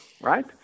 right